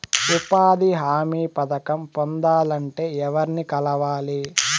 ఉపాధి హామీ పథకం పొందాలంటే ఎవర్ని కలవాలి?